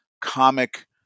comic